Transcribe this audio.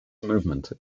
movement